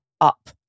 up